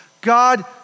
God